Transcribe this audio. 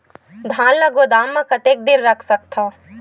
धान ल गोदाम म कतेक दिन रख सकथव?